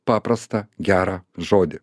paprastą gerą žodį